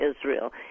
Israel